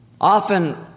Often